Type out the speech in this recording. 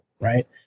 right